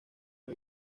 una